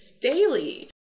daily